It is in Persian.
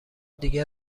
دیگه